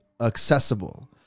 accessible